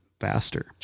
faster